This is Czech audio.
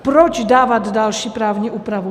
Proč dávat další právní úpravu?